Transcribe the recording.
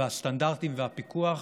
והסטנדרטים והפיקוח